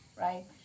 right